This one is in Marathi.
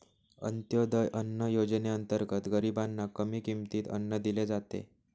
अंत्योदय अन्न योजनेअंतर्गत गरीबांना कमी किमतीत अन्न दिले जाते